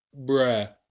bruh